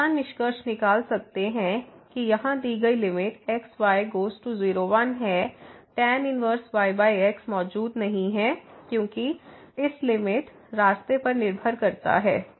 तो हम क्या निष्कर्ष निकाल सकते हैं कि यहां दी गई limit x y goes to 0 1 है टैन इनवरस yx मौजूद नहीं है क्योंकि इस लिमिट रास्ते पर निर्भर करता है